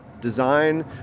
design